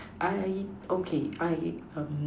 I okay I um